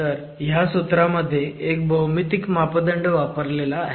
तर ह्या सूत्रामध्ये एक भौमितिक मापदंड वापरला आहे